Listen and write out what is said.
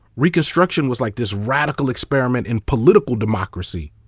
reconstruction was like this radical experiment in political democracy,